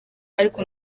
ariko